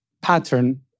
pattern